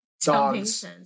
dogs